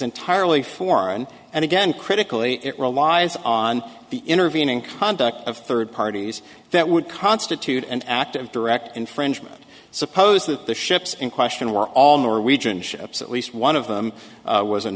entirely foreign and again critically it relies on the intervening conduct of third parties that would constitute an act of direct infringement suppose that the ships in question were all norwegian ships at least one of them